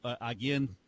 again